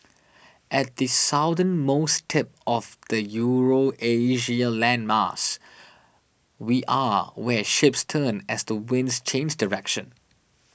at the southernmost tip of the Eurasia landmass we are where ships turn as the winds change direction